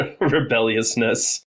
rebelliousness